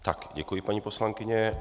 Tak, děkuji, paní poslankyně.